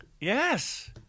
Yes